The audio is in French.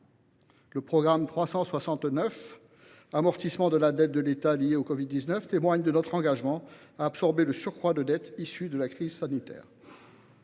Le programme 369 « Amortissement de la dette de l’État liée à la covid 19 » témoigne de notre engagement à absorber le surcroît de dette issu de la crise sanitaire.